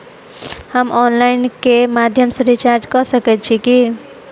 हम ऑनलाइन केँ माध्यम सँ रिचार्ज कऽ सकैत छी की?